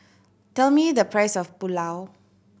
tell me the price of Pulao